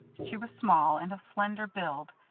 she was small and of slender build,